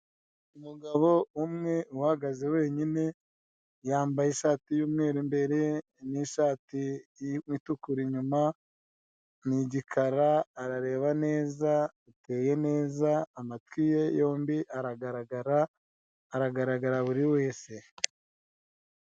Umugabo umwe uhagaze wenyine yambaye ishati y'umweru imbere n'ishati itukura inyuma, ni igikara, arareba neza, ateye neza, amatwi ye yombi aragaragara, aragaragarira buri wese.